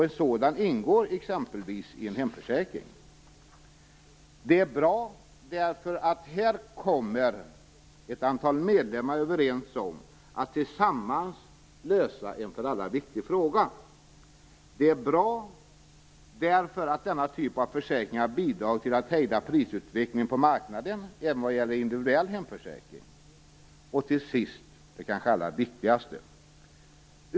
En sådan ingår nämligen exempelvis i en hemförsäkring. Det är bra, därför att här kommer ett antal medlemmar överens om att tillsammans lösa en för alla viktig fråga. Det är bra, därför att denna typ av försäkringar bidrar till att hejda prisutvecklingen på marknaden även vad gäller individuell hemförsäkring. Till sist kommer jag till det kanske allra viktigaste.